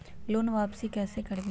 Loan वापसी कैसे करबी?